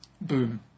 Boom